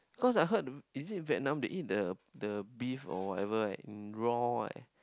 cause I heard is it Vietnam they eat the the beef or whatever right in raw eh